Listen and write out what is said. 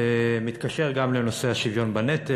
הוא מתקשר גם לנושא של שוויון בנטל.